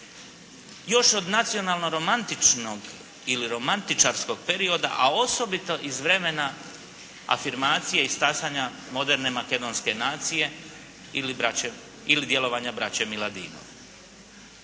Još od nacionalno romantičnog ili romantičarskog perioda, a osobito iz vremena afirmacije i stasanja moderne makedonske nacije ili djelovanja braće Miladinov.